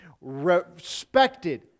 respected